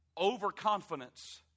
Overconfidence